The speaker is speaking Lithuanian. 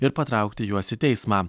ir patraukti juos į teismą